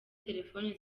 telefoni